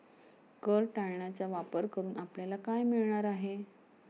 कर टाळण्याचा वापर करून आपल्याला काय मिळणार आहे?